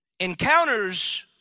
encounters